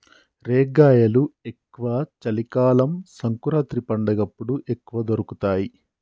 రేగ్గాయలు ఎక్కువ చలి కాలం సంకురాత్రి పండగప్పుడు ఎక్కువ దొరుకుతాయి